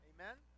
Amen